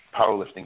powerlifting